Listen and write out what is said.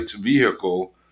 vehicle